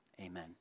amen